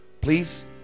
Please